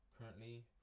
currently